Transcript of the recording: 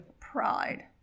Pride